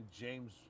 James